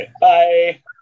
Bye